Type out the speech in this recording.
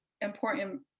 important